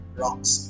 rocks